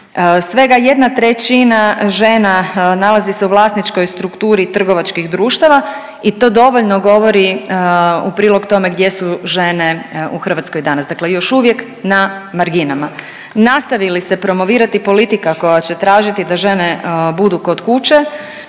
svega jedna trećina žena nalazi se u vlasničkoj strukturi trgovačkih društava i to dovoljno govori u prilog tome gdje su žene u Hrvatskoj danas, dakle još uvijek na marginama. Nastavi li se promovirati politika koja će tražiti da žene budu kod kuće,